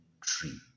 tree